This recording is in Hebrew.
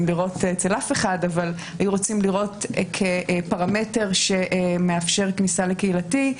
לראות אצל אף אחד כפרמטר שמאפשר כניסה לקהילתי,